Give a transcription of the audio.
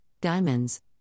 diamonds